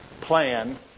plan